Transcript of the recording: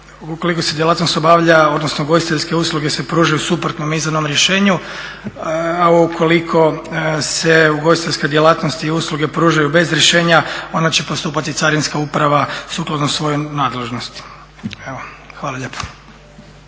ukoliko se djelatnost obavlja, odnosno ugostiteljske usluge se pružaju suprotno izravnom rješenju, a ukoliko se ugostiteljska djelatnost i usluge pružaju bez rješenja, onda će postupati carinska uprava sukladno svojoj nadležnosti. Evo, hvala lijepo.